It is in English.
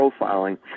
profiling